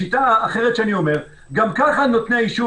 השיטה האחרת היא שגם ככה נותני האישור